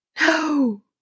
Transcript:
no